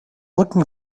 looking